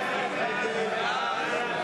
חוק התקציב לשנות הכספים 2009 ו-2010,